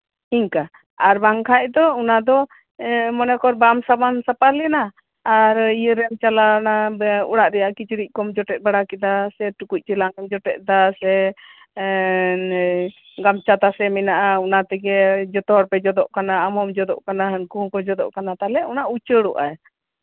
ᱟᱨ ᱵᱟᱝᱠᱷᱟᱡ ᱫᱚ ᱚᱱᱟ ᱫᱚ ᱢᱚᱱᱮᱠᱚᱨ ᱵᱟᱢ ᱥᱟᱵᱚᱱ ᱥᱟᱯᱷᱟ ᱞᱮᱱᱟ ᱟᱨ ᱤᱭᱟᱹ ᱨᱮᱢ ᱪᱟᱞᱟᱣᱱᱟ ᱚ ᱲᱟᱜ ᱨᱮᱭᱟᱜ ᱠᱤᱪᱨᱤᱪ ᱠᱚᱢ ᱡᱚᱴᱮᱫ ᱵᱟᱲᱟ ᱠᱮᱫᱟ ᱥᱮ ᱴᱩᱠᱩᱪ ᱪᱮᱞᱟᱝ ᱡᱚᱴᱮᱫ ᱵᱟᱲᱟ ᱠᱮᱫᱟ ᱮ ᱜᱟᱢᱪᱷᱟ ᱛᱟᱥᱮ ᱢᱮᱱᱟᱜᱼᱟ ᱚᱱᱟ ᱛᱮᱜᱮ ᱡᱚᱛᱚ ᱦᱚᱲᱯᱮ ᱡᱚᱫᱚᱜ ᱠᱟᱱᱟ ᱟᱢ ᱦᱚᱢ ᱡᱚᱫᱚᱜ ᱠᱟᱱᱟ ᱦᱟᱹᱱᱠᱩ ᱦᱚᱠᱚ ᱡᱚᱫᱚᱜ ᱠᱟᱱᱟ ᱛᱟᱦᱞᱮ ᱚᱱᱟ ᱩᱪᱟᱹᱲᱚᱜ ᱟᱭ